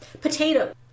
Potato